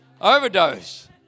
Overdose